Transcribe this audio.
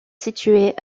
situées